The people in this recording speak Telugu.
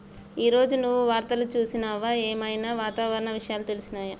ఈ రోజు నువ్వు వార్తలు చూసినవా? ఏం ఐనా వాతావరణ విషయాలు తెలిసినయా?